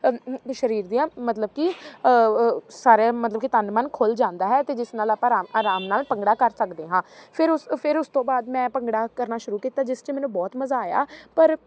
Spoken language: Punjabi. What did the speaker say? ਸਰੀਰ ਦੀਆਂ ਮਤਲਬ ਕਿ ਸਾਰੀਆਂ ਮਤਲਬ ਕਿ ਤਨ ਮਨ ਖੁੱਲ੍ਹ ਜਾਂਦਾ ਹੈ ਅਤੇ ਜਿਸ ਨਾਲ ਆਪਾਂ ਆਰਾਮ ਆਰਾਮ ਨਾਲ ਭੰਗੜਾ ਕਰ ਸਕਦੇ ਹਾਂ ਫਿਰ ਉਸ ਫਿਰ ਉਸ ਤੋਂ ਬਾਅਦ ਮੈਂ ਭੰਗੜਾ ਕਰਨਾ ਸ਼ੁਰੂ ਕੀਤਾ ਜਿਸ 'ਚ ਮੈਨੂੰ ਬਹੁਤ ਮਜ਼ਾ ਆਇਆ ਪਰ